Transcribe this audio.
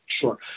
Sure